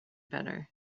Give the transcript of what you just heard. better